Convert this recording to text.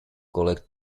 collect